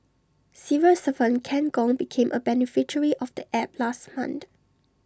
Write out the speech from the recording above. civil servant Ken Gong became A beneficiary of the app last month